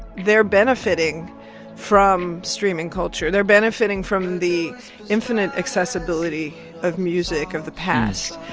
they're benefiting from streaming culture. they're benefiting from the infinite accessibility of music of the past.